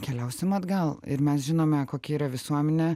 keliausim atgal ir mes žinome kokia yra visuomenė